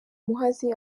muhazi